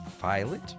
Violet